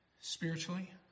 spiritually